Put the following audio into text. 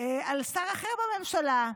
על שר אחר בממשלה,